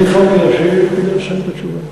אני התחלתי להשיב, תני לי לסיים את התשובה.